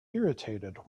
irritated